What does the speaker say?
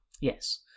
Yes